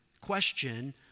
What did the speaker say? question